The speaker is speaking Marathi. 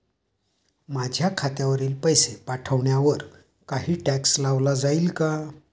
माझ्या खात्यातील पैसे पाठवण्यावर काही टॅक्स लावला जाईल का?